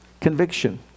Conviction